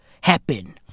happen